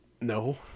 No